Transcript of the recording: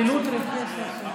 חילוט רכוש.